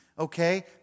Okay